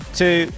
two